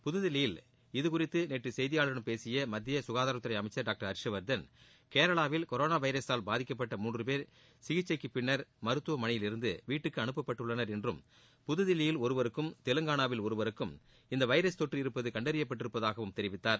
புதுதில்லியில் இதுகுறித்து நேற்று செய்தியாளர்களிடம் பேசிய மத்திய சுகாதாரத்துறை அமைச்சர் டாக்டர் ஹர்ஷ்வர்தன் கேரளாவில் கொரோனா வைரசால் பாதிக்கப்பட்ட மூன்று பேர் சிகிச்சைக்குப் பின்னர் மருத்துவமனையில் இருந்து வீட்டுக்கு அனுப்பப்பட்டுள்ளனர் என்றும் புதுதில்லியில் ஒருவருக்கும் தெலங்கானாவில் ஒருவருக்கும் இந்த வைரஸ் தொற்று இருப்பது கண்டறியப்பட்டிருப்பதாகவும் தெரிவித்தார்